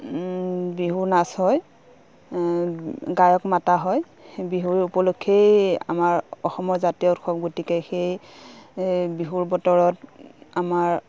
বিহুৰ নাচ হয় গায়ক মতা হয়েই বিহুৰ উপলক্ষেই আমাৰ অসমৰ জাতীয় উৎসৱ গতিকে সেই বিহুৰ বতৰত আমাৰ